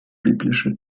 biblische